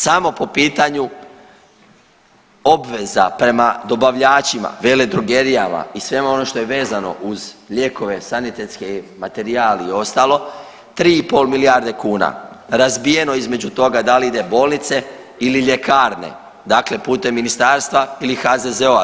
Samo po pitanju obveza prema dobavljačima, veledrogerijama i svemu onome što je vezano uz lijekove, sanitetski materijal i ostalo 3,5 milijarde kuna razbijeno između toga da li ide bolnice ili ljekarne, dakle putem ministarstva ili HZZO-a.